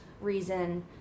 reason